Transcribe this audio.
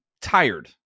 tired